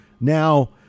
now